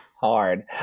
hard